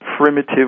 primitive